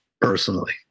personally